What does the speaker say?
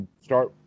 start